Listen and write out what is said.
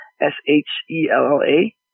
S-H-E-L-L-A